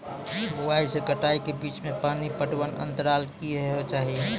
बुआई से कटाई के बीच मे पानि पटबनक अन्तराल की हेबाक चाही?